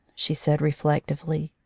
she said reflectively.